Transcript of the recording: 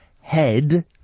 head